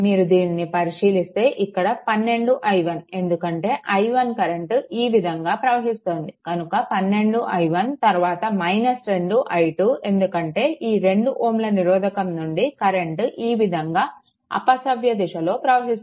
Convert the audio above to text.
మీరు దీనిని పరిశీలిస్తే ఇక్కడ 12i1 ఎందుకంటే i1 కరెంట్ ఈ విధంగా ప్రవహిస్తోంది కనుక 12i1 తరువాత 2i2 ఎందుకంటే ఈ 2Ω నిరోధకం నుండి కరెంట్ ఈ విధంగా అపసవ్య దిశలో ప్రవహిస్తోంది